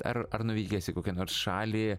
ar ar nuvykęs į kokią nors šalį